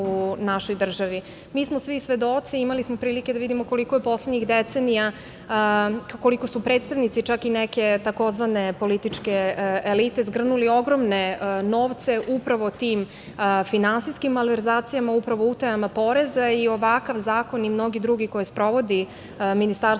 u našoj državi. Mi smo svi svedoci i imali smo prilike da vidimo koliko je poslednjih decenija, koliko su predstavnici čak i neke tzv. političke elite, zgrnuli ogromne novce upravo tim finansijskim malverzacijama, upravo utajama poreza. Ovakav zakon i mnogi drugi koje sprovodi Ministarstvo